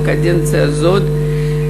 בקדנציה הזאת,